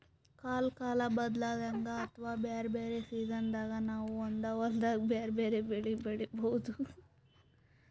ಕಲ್ಕಾಲ್ ಬದ್ಲಾದಂಗ್ ಅಥವಾ ಬ್ಯಾರೆ ಬ್ಯಾರೆ ಸಿಜನ್ದಾಗ್ ನಾವ್ ಒಂದೇ ಹೊಲ್ದಾಗ್ ಬ್ಯಾರೆ ಬ್ಯಾರೆ ಬೆಳಿ ಬೆಳಿಬಹುದ್